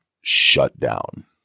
shutdown